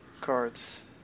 cards